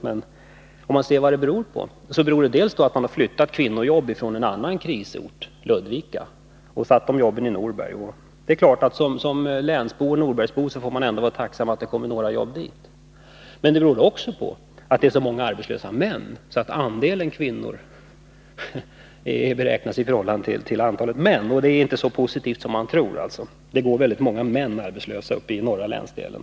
Men om vi ser efter vad det beror på finner vi att det för det första beror på att man flyttat kvinnojobb från en annan krisort, Ludvika, till Norberg. Som norbergsbo får man naturligtvis vara tacksam för att det kommer några jobb till Norberg. Men för det andra beror det på att andelen arbetslösa kvinnor beräknas i förhållande till antalet arbetslösa män och resultatet är alltså inte så positivt som man kan tro. Det går väldigt många män arbetslösa uppe i den norra länsdelen.